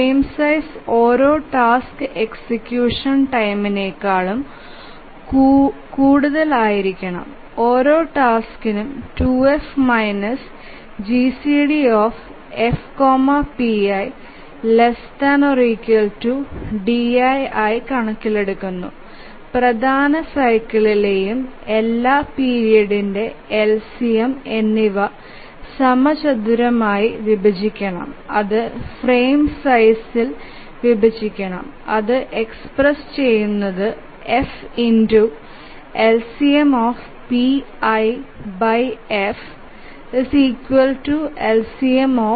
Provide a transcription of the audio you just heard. frame size ഓരോ task execution ടൈംനെക്കാളും കൂടുതലായിരിക്കണം ഓരോ ടാസ്ക്കിനും 2F GCD F pi ≤ di ആണ് പ്രധാന സൈക്കിളെയും എല്ലാ പീരിയഡ്ന്ടെ LCM എന്നിവ സമചതുരമായി വിഭജിക്കണം അത് ഫ്രെയിം സൈസ്ഇൽ വിഭജിക്കണം അതു എക്സ്പ്രസ്സ് ചെയുന്നത് fLCMf LCM ആയിട്ടാന്